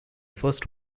first